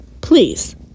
please